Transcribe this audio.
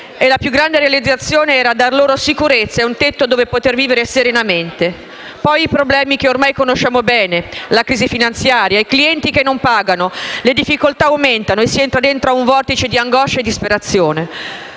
e la più grande realizzazione era dar loro sicurezza e un tetto dove poter vivere serenamente. Poi i problemi che ormai conosciamo bene: la crisi finanziaria, i clienti che non pagano. Le difficoltà aumentano e si entra dentro a un vortice di angoscia e disperazione.